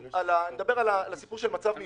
מדבר על הסיפור של מצב מיוחד.